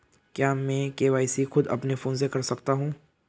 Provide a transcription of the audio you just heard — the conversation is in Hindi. क्या मैं के.वाई.सी खुद अपने फोन से कर सकता हूँ?